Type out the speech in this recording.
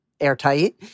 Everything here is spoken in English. airtight